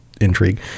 intrigue